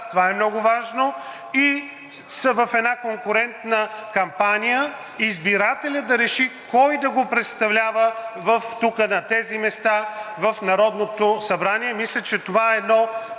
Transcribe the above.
това е много важно, и са в една конкурента кампания – избирателят да реши кой да го представлява тук на тези места в Народното събрание.